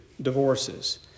divorces